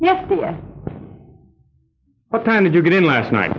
us yes what time did you get in last night